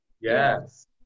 Yes